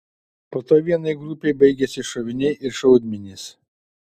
po to vienai grupei baigėsi šoviniai ir šaudmenys